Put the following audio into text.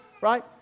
Right